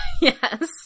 Yes